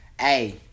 Hey